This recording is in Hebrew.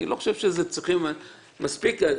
מספיק,